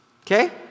Okay